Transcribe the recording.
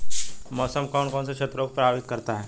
मौसम कौन कौन से क्षेत्रों को प्रभावित करता है?